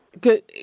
Good